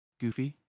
Goofy